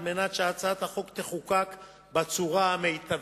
כדי שהצעת החוק תחוקק בצורה המיטבית.